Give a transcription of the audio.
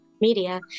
media